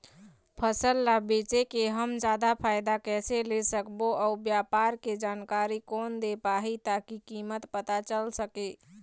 फसल ला बेचे के हम जादा फायदा कैसे ले सकबो अउ व्यापार के जानकारी कोन दे पाही ताकि कीमत पता चल सके?